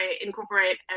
incorporate